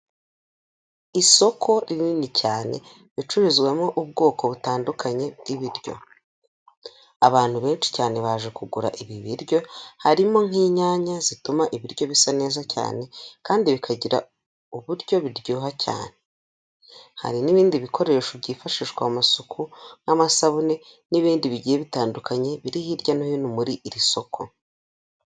Isoko rinini cyane, ricururizwamo ubwoko butandukanye bw'ibiryo, abantu benshi cyane baje kugura ibi biryo, harimo nk'inyanya zituma ibiryo bisa neza cyane, kandi bikagira uburyo biryoha cyane. Hari n'ibindi bikoresho byifashishwa masuku nk'amasabune n'ibindi bigiye bitandukanye biri hirya no hino muri iri soko.